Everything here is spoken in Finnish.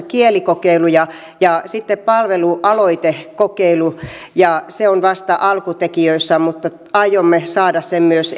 kielikokeiluja ja sitten palvelualoitekokeilu ja se on vasta alkutekijöissään mutta aiomme saada sen myös